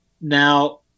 Now